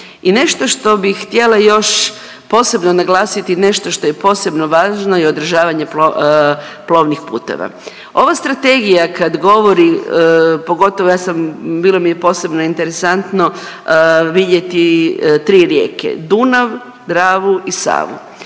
I nešto što bih htjela još posebno naglasiti, nešto što je posebno važno i održavanje plovnih puteva. Ova strategija kad govori pogotovo ja sam, bilo mi je posebno interesantno vidjeti tri rijeke Dunav, Dravu i Savu.